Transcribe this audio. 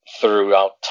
throughout